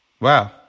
Wow